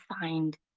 find